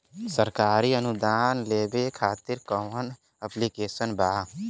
सरकारी अनुदान लेबे खातिर कवन ऐप्लिकेशन बा?